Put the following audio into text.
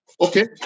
Okay